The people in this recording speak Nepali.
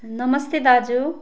नमस्ते दाजु